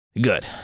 Good